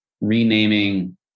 renaming